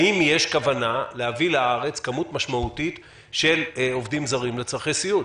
האם יש כוונה להביא לארץ כמות משמעותית של עובדים זרים לצרכי סיעוד.